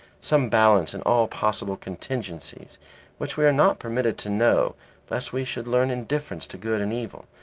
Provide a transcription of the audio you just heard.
some balance in all possible contingencies which we are not permitted to know lest we should learn indifference to good and evil,